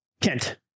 Kent